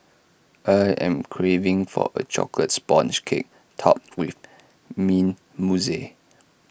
I am craving for A Chocolate Sponge Cake Topped with Mint Mousse